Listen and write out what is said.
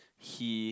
he